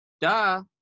Duh